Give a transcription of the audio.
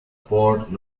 port